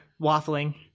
waffling